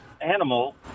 animal